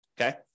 Okay